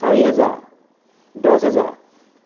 চাৰি হেজাৰ দহ হেজাৰ